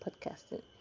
podcasting